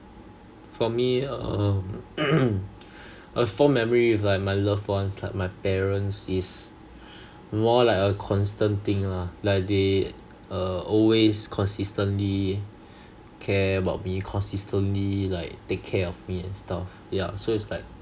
for me um a fond memory with like my loved ones like my parents is more like a constant thing lah like they err always consistently care about me consistently like take care of me and stuff yeah so it's like